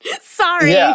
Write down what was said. Sorry